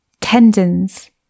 Tendons